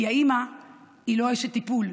כי האימא היא לא אשת טיפול,